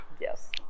Yes